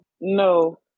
no